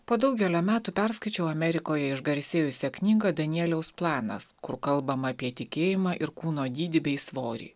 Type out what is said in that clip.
po daugelio metų perskaičiau amerikoje išgarsėjusią knygą danieliaus planas kur kalbama apie tikėjimą ir kūno dydį bei svorį